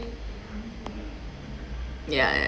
ya ya